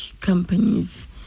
companies